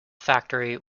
factory